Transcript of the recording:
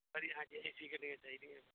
ਵਧੀਆ ਹਾਂਜੀ ਜੀ ਠੀਕ ਏ ਰੇਟ ਚਾਹੀਦੀ ਆ